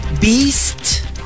Beast